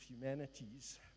humanities